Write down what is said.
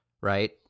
right